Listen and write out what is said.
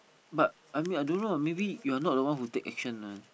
but I mean I don't know maybe you're not the one who take action one